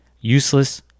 Useless